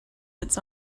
its